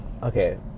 Okay